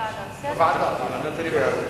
בוועדה.